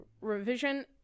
revision